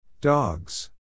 Dogs